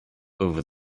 over